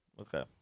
Okay